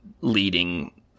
leading